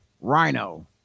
Rhino